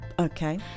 okay